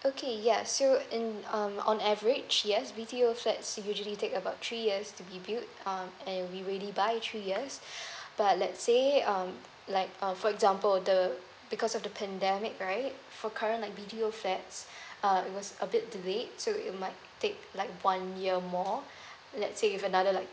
okay yeah so in um on average yes B_T_O flats usually take about three years to be build um and we three years but let say um like um for example the because of the pandemic right for current like B_T_O flats it was a bit delayed so it might take like one year more let's say if another like